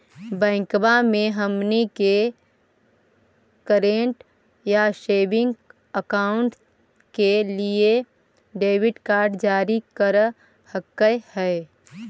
बैंकवा मे हमनी के करेंट या सेविंग अकाउंट के लिए डेबिट कार्ड जारी कर हकै है?